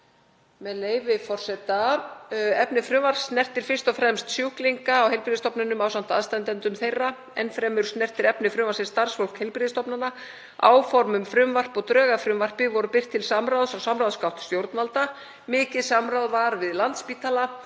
með leyfi forseta: „Efni frumvarpsins snertir fyrst og fremst sjúklinga á heilbrigðisstofnunum ásamt aðstandendum þeirra. Enn fremur snertir efni frumvarpsins starfsfólk heilbrigðisstofnana. Áform um frumvarp og drög að frumvarpi voru birt til samráðs á samráðsgátt stjórnvalda. Mikið samráð var við Landspítala.